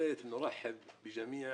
מכובדי היושב ראש,